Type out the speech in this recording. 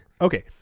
okay